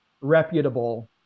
reputable